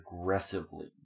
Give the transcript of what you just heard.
aggressively